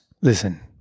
Listen